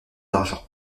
d’argent